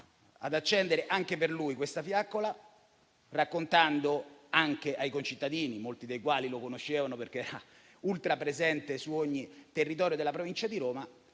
ad accendere anche per lui la fiaccola, raccontando ai miei concittadini - molti dei quali lo conoscevano, perché era ultra presente in ogni territorio della provincia di Roma